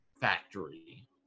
factory